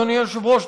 אדוני היושב-ראש,